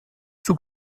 sous